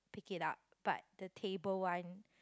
pick up but the table one